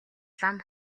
лам